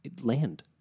land